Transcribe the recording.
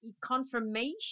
confirmation